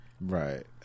Right